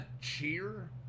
cheer